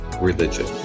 religion